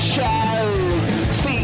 Show